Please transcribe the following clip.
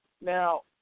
Now